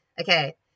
Okay